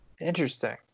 Interesting